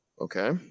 Okay